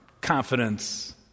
confidence